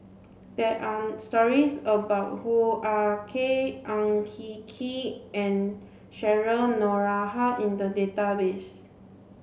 there are stories about Hoo Ah Kay Ang Hin Kee and Cheryl Noronha in the database